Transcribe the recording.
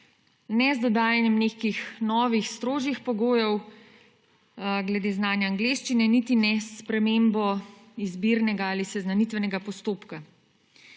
Ne z dodajanjem nekih novih, strožjih pogojev glede znanja angleščine, niti ne s spremembo izbirnega ali seznanitvenega postopka.